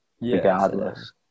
regardless